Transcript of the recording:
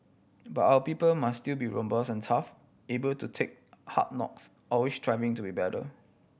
but our people must still be robust and tough able to take hard knocks always striving to be better